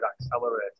accelerate